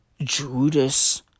Judas